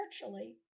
virtually